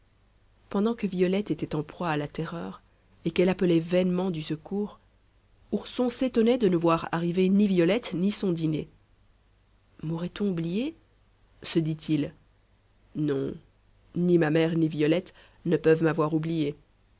pendant que violette était en proie à la terreur et qu'elle appelait vainement du secours ourson s'étonnait de ne voir arriver ni violette ni son dîner maurait on oublié se dit-il non ni ma mère ni violette ne peuvent m'avoir oublié